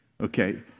Okay